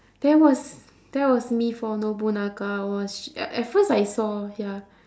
that was that was me for nobunaga I was sh~ a~ at first I saw ya